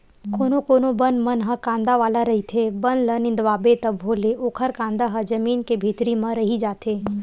कोनो कोनो बन मन ह कांदा वाला रहिथे, बन ल निंदवाबे तभो ले ओखर कांदा ह जमीन के भीतरी म रहि जाथे